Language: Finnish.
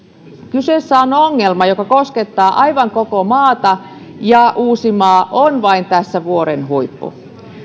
kyseessä on ongelma joka koskettaa aivan koko maata ja uusimaa on tässä vain vuorenhuippu